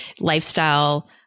lifestyle